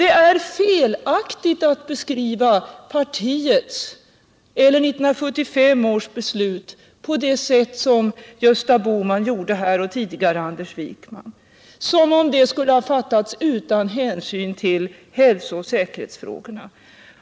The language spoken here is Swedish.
Det är felaktigt att beskriva partiets eller 1975 års beslut på det sätt som Gösta Bohman nu gjorde och som tidigare Anders Wijkman gjort — som om det skulle ha fattats utan hänsyn till hälsooch säkerhetsfrågorna.